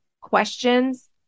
questions